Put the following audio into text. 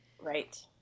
Right